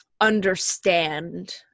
understand